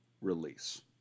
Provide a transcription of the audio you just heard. release